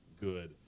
good